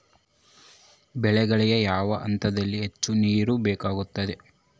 ಬೆಳೆಗಳಿಗೆ ಯಾವ ಹಂತದಲ್ಲಿ ಹೆಚ್ಚು ನೇರು ಬೇಕಾಗುತ್ತದೆ?